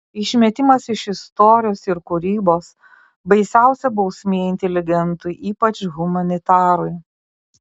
išmetimas iš istorijos ir kūrybos baisiausia bausmė inteligentui ypač humanitarui